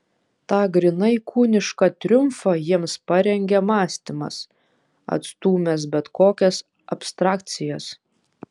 tą grynai kūnišką triumfą jiems parengė mąstymas atstūmęs bet kokias abstrakcijas